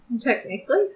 Technically